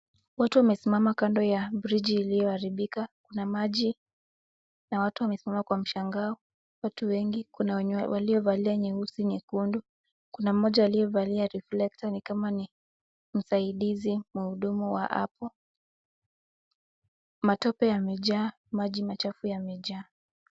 Watu wamesimama kando ya bridge iliyoharibika, na maji, na watu wamesimama kwa mshangao, watu wengi, kuna wenye waliovalia nyeusi, nyekundu, kuna mmoja aliyevalia reflector ni kama ni msaidizi, mhudumu wa hapo, matope yamejaa, maji machafu yamejaa.